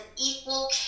equal